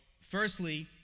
firstly